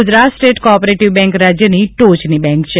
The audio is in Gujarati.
Gujarat state co operative bank રાજ્યની ટોચની બેન્ક છે